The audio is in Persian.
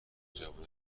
جوونای